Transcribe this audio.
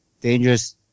Dangerous